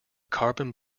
carbon